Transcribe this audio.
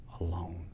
alone